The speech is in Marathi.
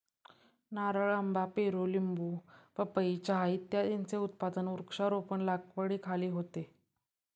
नारळ, आंबा, पेरू, लिंबू, पपई, चहा इत्यादींचे उत्पादन वृक्षारोपण लागवडीखाली होते